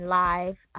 live